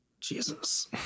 Jesus